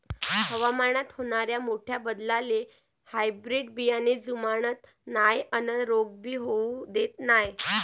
हवामानात होनाऱ्या मोठ्या बदलाले हायब्रीड बियाने जुमानत नाय अन रोग भी होऊ देत नाय